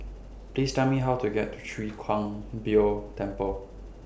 Please Tell Me How to get to Chwee Kang Beo Temple